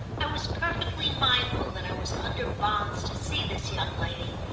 i was perfectly mindful that i was under bonds to see this young lady,